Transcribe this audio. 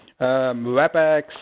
Webex